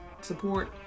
support